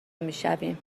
میشویم